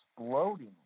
exploding